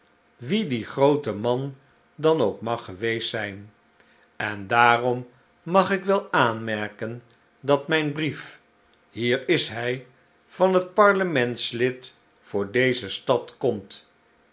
wie die groote man dan ook mag zijn geweest en daarom mag ik wel aanmerken dat mijn brief hier is hij van het parlementslid voor deze stad komt